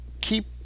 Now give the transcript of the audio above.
keep